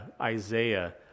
Isaiah